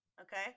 Okay